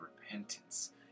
repentance